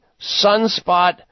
sunspot